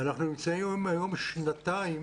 אנחנו נמצאים היום שנתיים